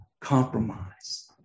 Compromise